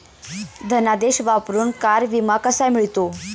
धनादेश वापरून कार विमा कसा मिळतो?